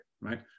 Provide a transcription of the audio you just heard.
right